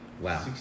Wow